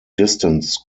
distance